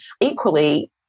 Equally